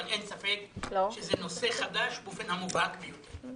אבל אין ספק שזה נושא חדש באופן המובהק ביותר.